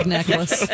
Necklace